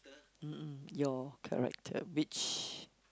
mm your character which